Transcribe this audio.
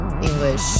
English